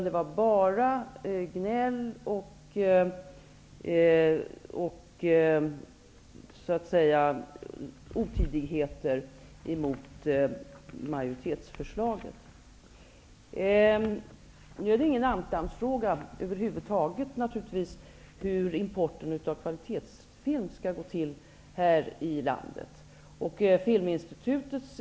Det var bara gnäll och otidigheter mot majoritetsförslaget. Naturligtvis är det ingen ankdammsfråga hur importen av kvalitetsfilm skall gå till här i landet.